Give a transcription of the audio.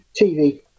TV